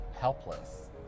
helpless